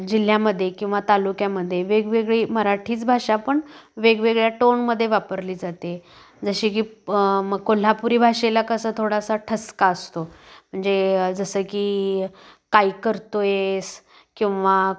जिल्ह्यामध्ये किंवा तालुक्यामध्ये वेगवेगळी मराठीच भाषा पण वेगवेगळ्या टोनमध्ये वापरली जाते जशी की मग कोल्हापुरी भाषेला कसा थोडासा ठसका असतो म्हणजे जसं की काय करतो आहेस किंवा